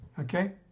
okay